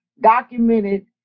documented